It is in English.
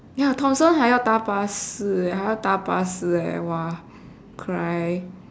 ya thomson 还要搭巴士 leh 还要搭巴士 leh !wah! cry